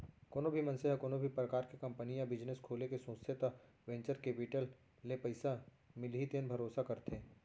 कोनो भी मनसे ह कोनो भी परकार के कंपनी या बिजनेस खोले के सोचथे त वेंचर केपिटल ले पइसा मिलही तेन भरोसा करथे